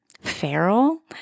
feral